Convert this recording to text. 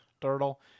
turtle